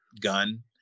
gun